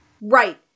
Right